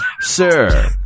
sir